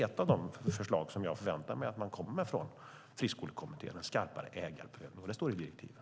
Ett av de förslag som jag förväntar mig att friskolekommittén kommer med är en skarpare ägarprövning, och det står i direktiven.